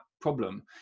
problem